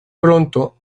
pronto